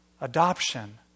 adoption